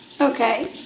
Okay